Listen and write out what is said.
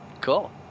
Cool